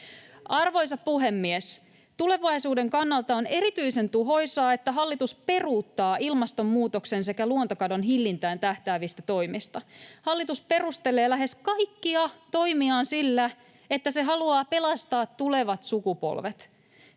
Arvoisa puhemies! Tulevaisuuden kannalta on erityisen tuhoisaa, että hallitus peruuttaa ilmastonmuutoksen sekä luontokadon hillintään tähtäävistä toimista. Hallitus perustelee lähes kaikkia toimiaan sillä, että se haluaa pelastaa tulevat sukupolvet.